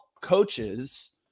coaches